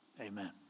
amen